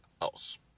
else